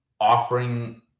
offering